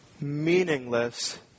meaningless